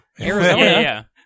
Arizona